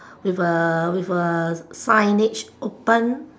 with a with a signage open